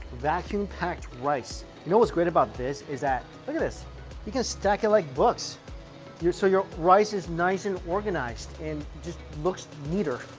vacuum packed rice, you know what's great about this is that look at this you can stack it like books you're so your rice is nice and organized and just looks neater,